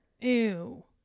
Ew